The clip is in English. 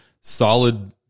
solid